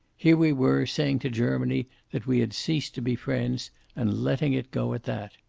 here we were, saying to germany that we had ceased to be friends and letting it go at that.